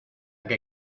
que